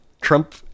Trump